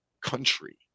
country